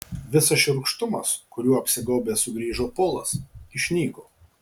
visas šiurkštumas kuriuo apsigaubęs sugrįžo polas išnyko